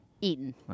Eaten